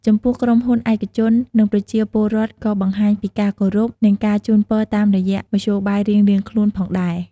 ចំពោះ ក្រុមហ៊ុនឯកជន និងប្រជាពលរដ្ឋក៏បង្ហាញពីការគោរព និងការជូនពរតាមរយៈមធ្យោបាយរៀងៗខ្លួនផងដែរ។